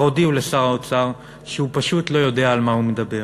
הודיעו לשר האוצר שהוא פשוט לא יודע על מה הוא מדבר.